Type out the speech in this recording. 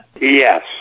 Yes